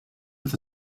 with